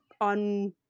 on